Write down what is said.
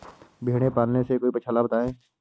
भेड़े पालने से कोई पक्षाला बताएं?